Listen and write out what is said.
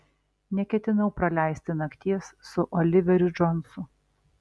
neketinau praleisti nakties su oliveriu džonsu